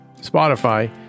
Spotify